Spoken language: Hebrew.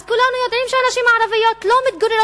אז כולם יודעים שנשים ערביות לא מתגוררות